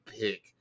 pick